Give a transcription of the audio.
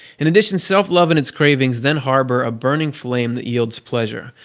in addition, self-love and its cravings then harbor a burning flame that yields pleasure,